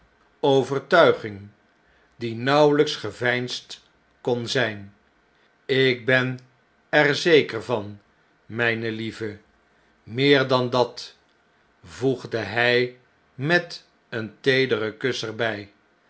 overtuiging die nauweljjks geveinsd kon zjjn ik ben er zeker van mpe lieve meer dan dat voegde hjj met een teederen kus er